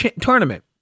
tournament